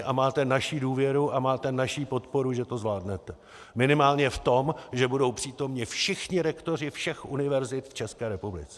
A máte naši důvěru a máte naši podporu, že to zvládnete minimálně v tom, že budou přítomni všichni rektoři všech univerzit v České republice.